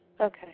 Okay